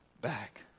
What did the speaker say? back